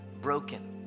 broken